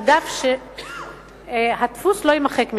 על דף שהדפוס לא יימחק ממנו,